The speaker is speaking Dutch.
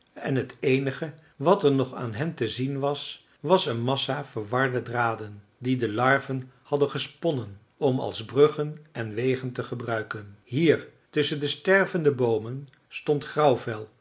en het eenige wat er nog aan hen te zien was was een massa verwarde draden die de larven hadden gesponnen om als bruggen en wegen te gebruiken hier tusschen de stervende boomen stond grauwvel